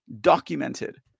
documented